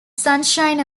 sunshine